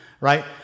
right